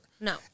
No